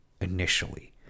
initially